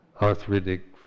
arthritic